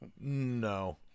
No